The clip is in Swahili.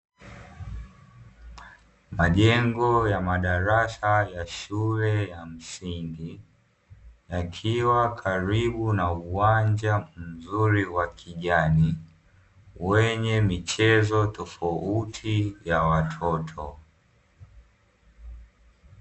Majengo ya madarasa ya shule ya msingi, yakiwa karibu na uwanja mzuri wa kijani wenye michezo tofauti ya watoto.